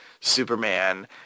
Superman